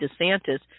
DeSantis